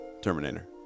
Terminator